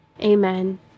Amen